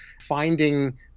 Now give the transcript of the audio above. finding